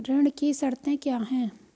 ऋण की शर्तें क्या हैं?